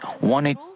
wanted